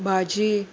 भाजी